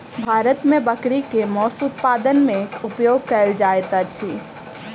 भारत मे बकरी के मौस उत्पादन मे उपयोग कयल जाइत अछि